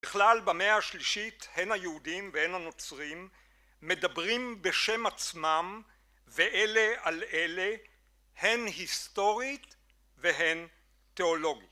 בכלל במאה השלישית הן היהודים והן הנוצרים מדברים בשם עצמם ואלה על אלה הן היסטורית והן תיאולוגית